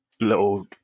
little